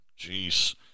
Jeez